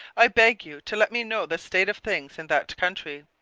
i beg you to let me know the state of things in that country.